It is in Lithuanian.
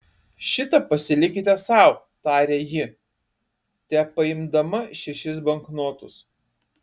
šitą pasilikite sau tarė ji tepaimdama šešis banknotus